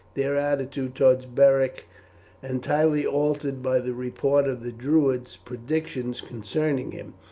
their attitude towards beric entirely altered by the report of the druids' predictions concerning him,